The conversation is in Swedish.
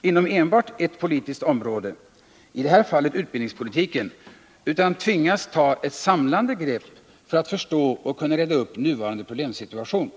inom enbart ett politiskt område — i det här fallet utbildningspolitiken — utan tvingas ta ett samlande grepp för att förstå och kunna reda upp nuvarande problemsituation.